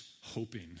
hoping